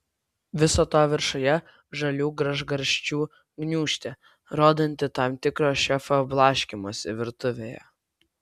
viso to viršuje žalių gražgarsčių gniūžtė rodanti tam tikrą šefo blaškymąsi virtuvėje